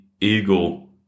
Eagle